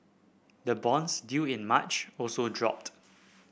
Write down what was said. the bonds due in March also dropped